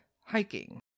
hiking